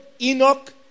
Enoch